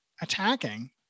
attacking